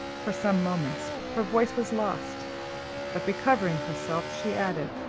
for some moments her voice was lost but recovering herself, she added,